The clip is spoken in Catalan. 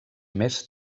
més